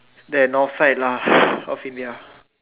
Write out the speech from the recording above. there North side lah North India